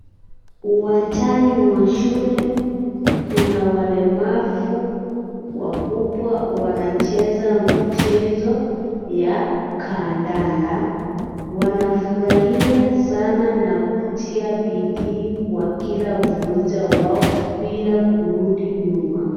Uwanjani mwa shule kuna walemavu wakubwa wanacheza mchezo ya kadanda, wanafurahia sana na kutia bidii kwa kila mmoja wao bila kurudi nyuma.